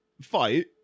fight